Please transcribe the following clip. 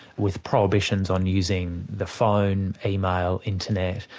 with prohibitions on using the phone, email, internet,